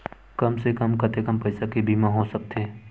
कम से कम कतेकन पईसा के बीमा हो सकथे?